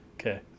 Okay